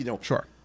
sure